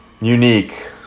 unique